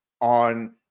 on